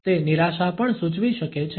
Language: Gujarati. તે નિરાશા પણ સૂચવી શકે છે